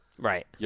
Right